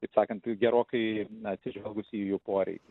taip sakant gerokai atsižvelgusi į jų poreikį